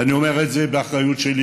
ואני אומר את זה באחריות שלי,